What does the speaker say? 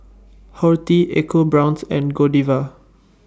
Horti EcoBrown's and Godiva